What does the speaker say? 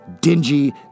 dingy